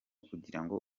kugirango